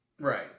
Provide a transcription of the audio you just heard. right